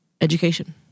education